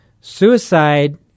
suicide